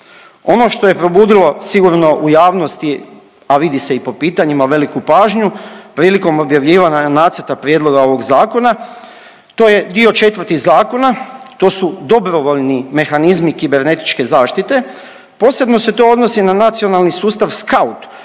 Ono što je probudilo sigurno u javnosti, a vidi se i po pitanjima veliku pažnju, prilikom objavljivanja Nacrta prijedloga ovog zakona to je dio četvrti zakona, to su dobrovoljni mehanizmi kibernetičke zaštite. Posebno se to odnosi na Nacionalni sustav SKAUT